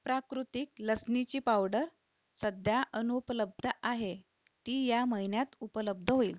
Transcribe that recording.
प्राकृतिक लसणीची पावडर सध्या अनुपलब्ध आहे ती ह्या महिन्यात उपलब्ध होईल